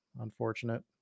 unfortunate